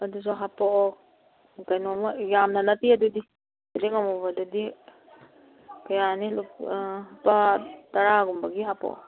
ꯑꯗꯨꯁꯨ ꯍꯥꯄꯛꯑꯣ ꯀꯩꯅꯣꯃ ꯌꯥꯝꯅ ꯅꯠꯇꯦ ꯑꯗꯨꯗꯤ ꯊꯣꯏꯗꯤꯡ ꯑꯃꯨꯕꯗꯨꯗꯤ ꯀꯌꯥꯅꯤ ꯂꯨꯄꯥ ꯇꯔꯥꯒꯨꯝꯕꯒꯤ ꯍꯥꯄꯛꯑꯣ